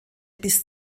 bis